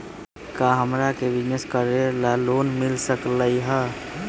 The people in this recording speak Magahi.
का हमरा के बिजनेस करेला लोन मिल सकलई ह?